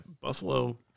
Buffalo